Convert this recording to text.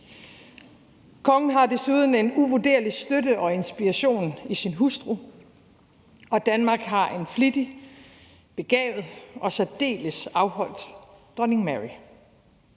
Kongen har desuden en uvurderlig støtte og inspiration i sin hustru, og Danmark har en flittig, begavet og særdeles afholdt dronning Mary.